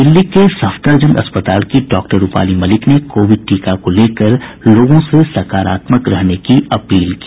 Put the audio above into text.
दिल्ली के सफदरजंग अस्पताल की डॉक्टर रूपाली मलिक ने कोविड टीका को लेकर लोगों से सकारात्मक रहने की अपील की